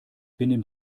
benimm